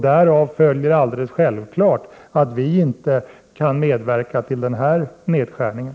Därav följer självfallet att vi inte kan medverka till den föreslagna nedskärningen.